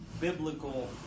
biblical